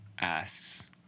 Asks